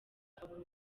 abura